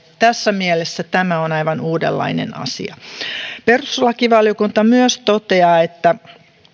tässä mielessä tämä on aivan uudenlainen asia perustuslakivaliokunta myös toteaa että